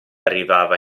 arrivava